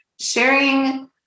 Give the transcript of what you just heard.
sharing